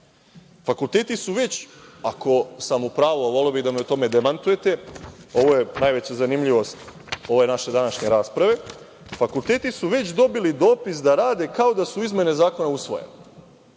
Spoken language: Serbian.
Fakulteti su već, ako sam u pravu, a voleo bih da me u tome demantujete, ovo je najveća zanimljivost ove naše današnje rasprave, dobili dopis da rade kao da su izmene Zakona usvojene.